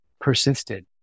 persisted